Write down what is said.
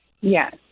Yes